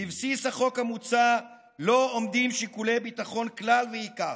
בבסיס החוק המוצע לא עומדים שיקולי ביטחון כלל ועיקר,